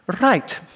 Right